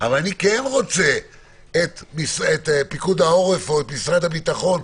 אבל אני כן רוצה את פיקוד העורף או את משרד הביטחון,